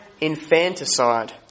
infanticide